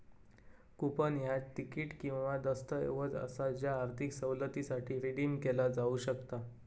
coupon ह्या तिकीट किंवा दस्तऐवज असा ज्या आर्थिक सवलतीसाठी रिडीम केला जाऊ शकता